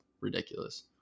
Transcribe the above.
ridiculous